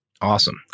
Awesome